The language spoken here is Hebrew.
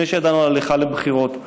לפני שידענו על הליכה לבחירות.